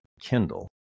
Kindle